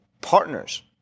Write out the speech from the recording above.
partners